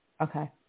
Okay